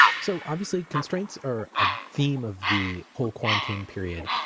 so obviously, constraints are a theme of the whole quarantine period.